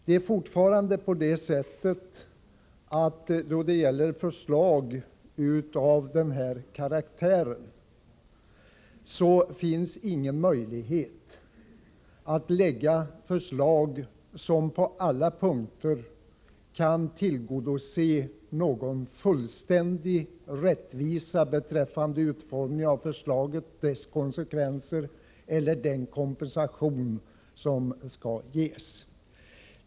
Det är fortfarande så att då det gäller förslag av denna karaktär finns ingen möjlighet att på alla punkter åstadkomma fullständig rättvisa beträffande utformningen av förslaget, dess konsekvenser eller den kompensation som skall ges.